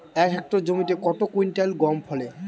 এক হেক্টর জমিতে কত কুইন্টাল গম ফলে?